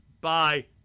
Bye